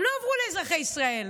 הם לא עברו לאזרחי ישראל,